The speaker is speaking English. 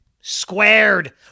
squared